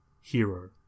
hero